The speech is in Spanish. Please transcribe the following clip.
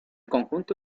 conjunto